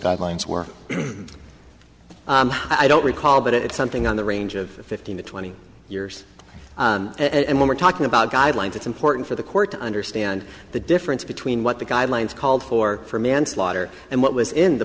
skylines work i don't recall but it's something on the range of fifteen to twenty years and when we're talking about guidelines it's important for the court to understand the difference between what the guidelines called for for manslaughter and what was in the